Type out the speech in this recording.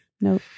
no